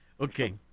Okay